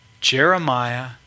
Jeremiah